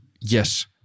yes